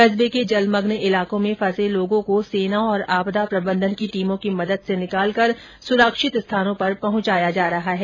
कस्बे के जलमग्न इलाकों में फंसे लोगों को सेना और आपदा प्रबंधन की टीमों की मदद से निकालकर सुरक्षित स्थानों पर पहुंचाया जा रहा है